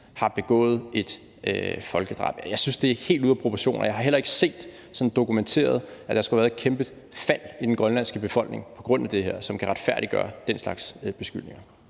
har begået et folkedrab. Jeg synes, at det er helt ude af proportioner, og jeg har heller ikke set det dokumenteret, at der skulle have været et kæmpe fald i den grønlandske befolkning på grund af det her, som kan retfærdiggøre den slags beskyldninger.